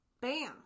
Bam